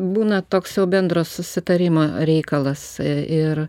būna toks jau bendro susitarimo reikalas ir